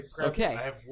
Okay